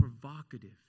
provocative